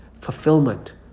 fulfillment